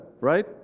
right